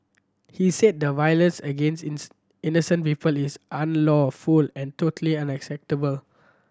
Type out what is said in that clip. he said the violence against innocent people is unlawful and totally unacceptable